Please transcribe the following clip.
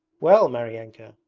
well, maryanka!